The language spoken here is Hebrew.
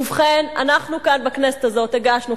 ובכן, אנחנו כאן בכנסת הזאת הגשנו.